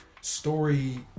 story